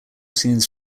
scenes